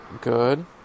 Good